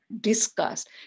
discussed